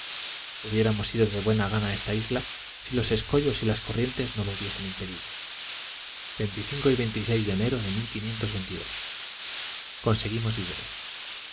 hubiéramos ido de buena gana a esta isla si los escollos y las corrientes no lo hubiesen impedido de enero de conseguimos